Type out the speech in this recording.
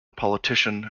politician